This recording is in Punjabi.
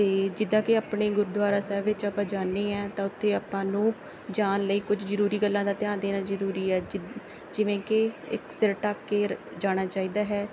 ਅਤੇ ਜਿੱਦਾਂ ਕਿ ਆਪਣੇ ਗੁਰਦੁਆਰਾ ਸਾਹਿਬ ਵਿੱਚ ਆਪਾਂ ਜਾਂਦੇ ਹਾਂ ਤਾਂ ਉੱਥੇ ਆਪਾਂ ਨੂੰ ਜਾਣ ਲਈ ਕੁਝ ਜ਼ਰੂਰੀ ਗੱਲਾਂ ਦਾ ਧਿਆਨ ਦੇਣਾ ਜ਼ਰੂਰੀ ਹੈ ਜਿਦ ਜਿਵੇਂ ਕਿ ਇੱਕ ਸਿਰ ਢੱਕ ਕੇ ਰ ਜਾਣਾ ਚਾਹੀਦਾ ਹੈ